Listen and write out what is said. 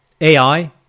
ai